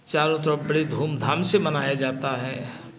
चारों तरफ बड़े धूमधाम से मनाया जाता है